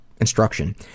instruction